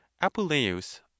Apuleius